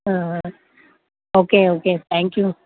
okay okay thank you